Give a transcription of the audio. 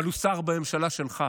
אבל הוא שר בממשלה שלך.